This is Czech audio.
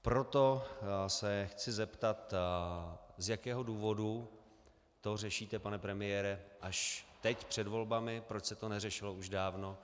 Proto se chci zeptat, z jakého důvodu to řešíte, pane premiére, až teď před volbami, proč se to neřešilo už dávno.